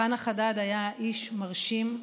חנא חדד היה איש מרשים,